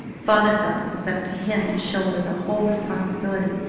father felt it was up to him to shoulder the whole responsibility,